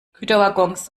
güterwaggons